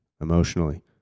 emotionally